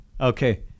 Okay